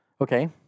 okay